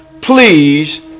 please